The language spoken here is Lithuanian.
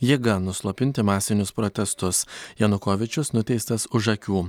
jėga nuslopinti masinius protestus janukovyčius nuteistas už akių